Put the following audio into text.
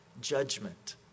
judgment